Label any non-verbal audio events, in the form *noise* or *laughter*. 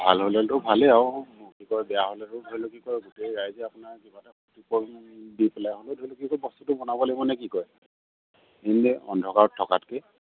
ভাল হ'লেতো ভালেই আৰু কি কয় বেয়া হ'লেতো ধৰি লওক কি কয় গোটেই ৰাইজে আপোনাৰ কিবা এটা *unintelligible* দি পেলাই হ'লেও ধৰি লওক কি কয় বস্তুটো বনাব লাগিব নে কি কয় *unintelligible* অন্ধকাৰত থকাতকে